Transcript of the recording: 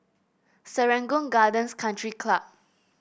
Serangoon Gardens Country Club